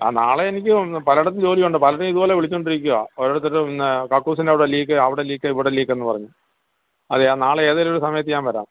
ആ നാളെ എനിക്ക് ഉണ്ട് പലയിടത്ത് ജോലി ഉണ്ട് പലരും ഇത് പോലെ വിളിച്ചോണ്ടിരിക്കുവാ ഒരിടത്തൊരു കക്കൂസിൻ്റെ അവിടെ ലീക്ക് അവിടെ ലീക്ക് ഇവിടെ ലീക്ക് എന്ന് പറഞ്ഞ് അതെ ഞാൻ നാളെ ഏതേലും ഒര് സമയത്തു ഞാൻ വരാം